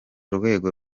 rwego